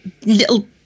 little